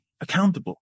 accountable